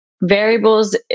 variables